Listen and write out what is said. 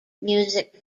music